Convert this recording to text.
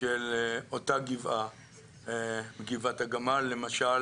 כמעט באותה נקודה ממש,